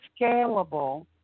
scalable